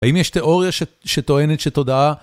האם יש תיאוריה שטוענת שתודעה..